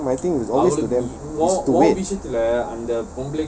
you know my thing is always to them is to wait